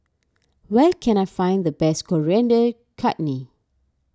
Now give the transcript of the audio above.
where can I find the best Coriander Chutney